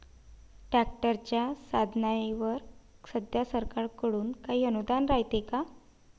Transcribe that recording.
ट्रॅक्टरच्या साधनाईवर सध्या सरकार कडून काही अनुदान रायते का?